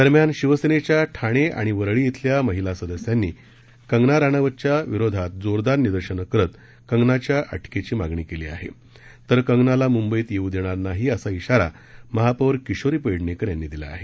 दरम्यान शिवसेनेच्या ठाणे आणि वरळी इथल्या महिला सदस्यांनी कंगनाराणवतच्या विरोधात जोरदार निदर्शनं करत कंगनाच्या अटकेची मागणी केली आहे तर कंगनाला म्ंबईत येऊ देणार नाही असा इशारामहापौर किशोरी पेडणेकर यांनी दिला आहे